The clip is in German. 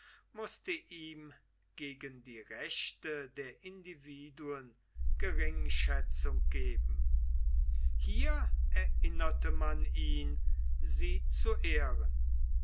mußte ihm gegen die rechte der individuen geringschätzung geben hier erinnerte man ihn sie zu ehren